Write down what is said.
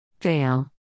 Fail